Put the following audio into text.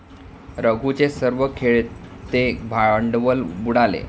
रघूचे सर्व खेळते भांडवल बुडाले